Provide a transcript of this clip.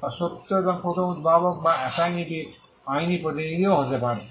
বা সত্য এবং প্রথম উদ্ভাবক বা অ্যাসিনিটির আইনী প্রতিনিধিও হতে পারে